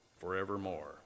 forevermore